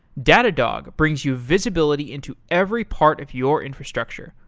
datadog brings you visibility into every part of your infrastructure,